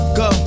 go